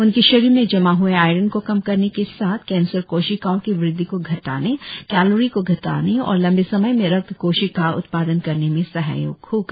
उनके शरीर में जमा हुए आईरोन को कम करने के साथ कैंसर कोशिकाओं की वृद्धि को घटाने कैलोरी को घटाने और लम्बे समय में रक्त कोशिशका उत्पादन करने में सहायक होगा